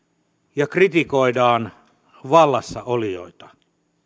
ja kritisoidaan vallassa olijoita